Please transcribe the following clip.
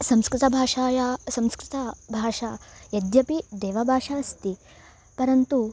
संस्कृतभाषायाः संस्कृतभाषा यद्यपि देवभाषास्ति परन्तु